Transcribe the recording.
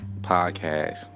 podcast